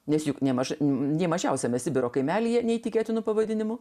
nes juk nėmaž ne mažiausiame sibiro kaimelyje neįtikėtinu pavadinimu